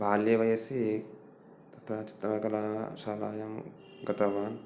बाल्ये वयसि तत्र तत्र कलाशालायां गतवान्